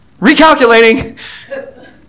Recalculating